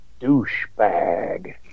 douchebag